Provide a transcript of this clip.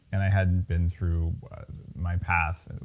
and i hadn't been through my path,